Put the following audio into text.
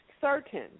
certain